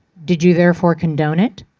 did you therefore condone it?